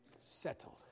Settled